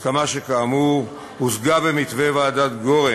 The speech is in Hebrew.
הסכמה שכאמור הושגה במתווה ועדת גורן,